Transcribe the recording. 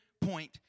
point